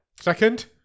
Second